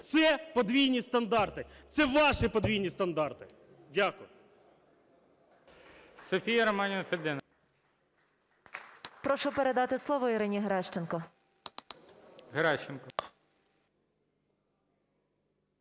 Це подвійні стандарти, це ваші подвійні стандарти. Дякую.